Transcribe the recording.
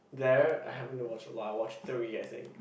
there I haven't watched a lot I watched three I think